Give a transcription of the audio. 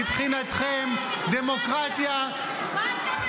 מבחינתכם, דמוקרטיה --- מה לך ולדמוקרטיה?